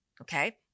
okay